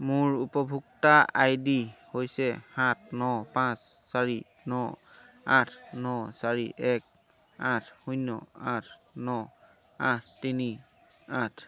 মোৰ উপভোক্তা I D হৈছে সাত ন পাঁচ চাৰি ন আঠ ন চাৰি এক আঠ শূন্য আঠ ন আঠ তিনি আঠ